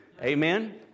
Amen